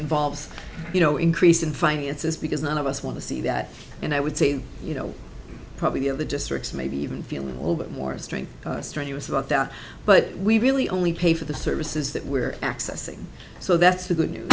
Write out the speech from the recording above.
involves you know increase in finances because none of us want to see that and i would say you know probably of the districts maybe even feel all that more strength strenuous about that but we really only pay for the services that we're accessing so that's good news